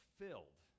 filled